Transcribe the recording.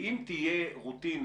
ואם תהיה רוטינה